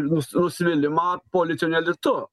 nus nusivylimą politiniu elitu